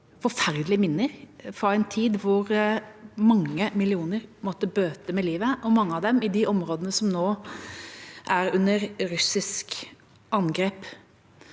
forferdelige minner fra en tid hvor mange millioner måtte bøte med livet, mange av dem i de områdene som nå er under russisk angrep.